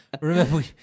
remember